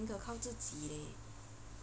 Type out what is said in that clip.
宁可靠自己叻